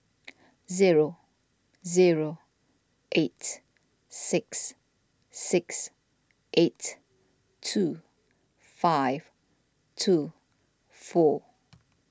zero zero eight six six eight two five two four